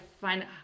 find